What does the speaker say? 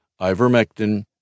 ivermectin